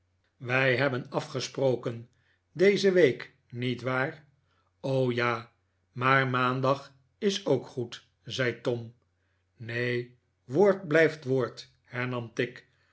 wij hebben afgesproken deze week niet waar ja maar maandag is ook goed zei tom neen woord blijft woord hernam tigg